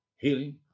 healing